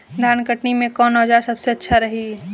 धान कटनी मे कौन औज़ार सबसे अच्छा रही?